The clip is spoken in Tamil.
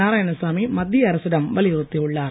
நாராயணசாமி மத்திய அரசிடம் வலியுறுத்தியுள்ளார்